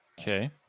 Okay